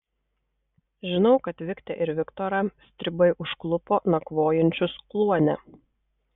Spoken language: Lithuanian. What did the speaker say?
žinau kad viktę ir viktorą stribai užklupo nakvojančius kluone